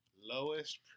Lowest